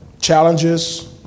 challenges